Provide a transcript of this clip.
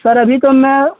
sir अभी तो मैं